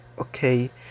okay